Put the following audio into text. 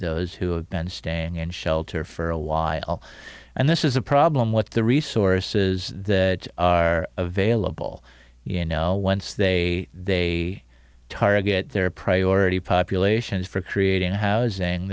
those who have been staying in shelter for a while and this is a problem with the resources that are available you know once they they target their priority populations for creating housing